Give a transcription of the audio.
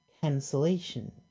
cancellation